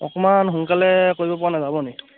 অকণমান সোনকালে কৰিব পৰা নাযাবনি